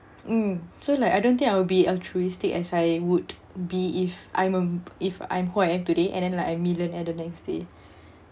um so like I don't think I will be altruistic as I would be if I'm a if I'm who I am today and then like I'm millionaire the next day